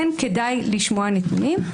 כדאי לשמוע נתונים.